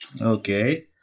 Okay